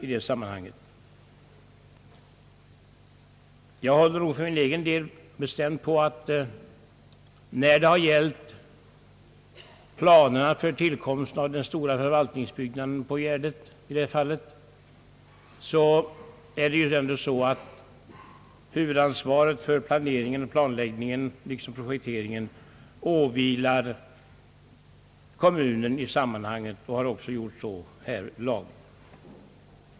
Jag håller bestämt på att huvudansvaret för planering, planläggning och projektering i samband med tillkomsten av den stora förvaltningsbyggnaden på Gärdet åvilar den berörda kommunen, det vill säga Stockholms stad.